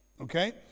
okay